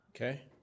Okay